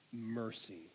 mercy